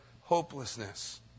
hopelessness